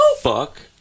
fuck